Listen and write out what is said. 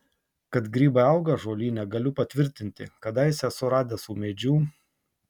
kad grybai auga ąžuolyne galiu patvirtinti kadaise esu radęs ūmėdžių